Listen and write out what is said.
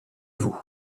veau